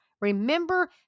Remember